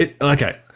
okay